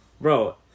Bro